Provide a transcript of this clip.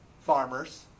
farmers